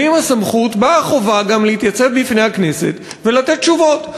ועם הסמכות באה החובה גם להתייצב בפני הכנסת ולתת תשובות.